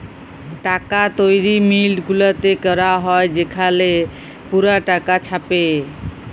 টাকা তৈরি মিল্ট গুলাতে ক্যরা হ্যয় সেখালে পুরা টাকা ছাপে